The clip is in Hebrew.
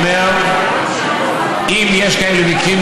זנות היא לא מקצוע,